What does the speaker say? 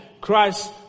Christ